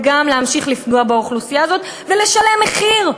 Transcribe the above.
וגם לפגוע באוכלוסייה הזאת ולשלם מחיר.